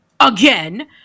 again